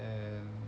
and